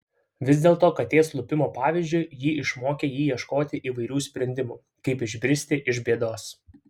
vis dėlto katės lupimo pavyzdžiu ji išmokė jį ieškoti įvairių sprendimų kaip išbristi iš bėdos